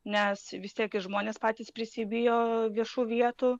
nes vis tiek ir žmonės patys prisibijo viešų vietų